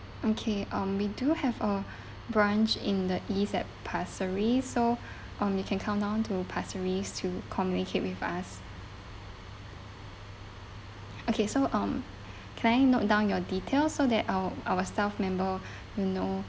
okay um we do have a branch in the east at pasir ris so uh you can come down to pasir ris to communicate with us okay so um can I note down your details so that our our staff member will know